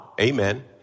amen